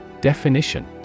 Definition